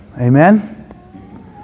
Amen